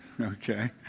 Okay